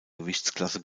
gewichtsklasse